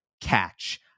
catch